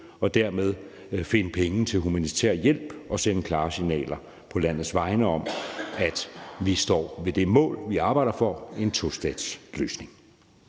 og finde penge til humanitær hjælp og sende klare signaler på landets vegne om, at vi står ved det mål, vi arbejder for, nemlig en tostatsløsning.